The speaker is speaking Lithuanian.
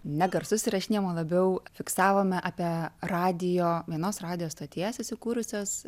ne garsus įrašinėjom o labiau fiksavome apie radijo vienos radijo stoties įsikūrusios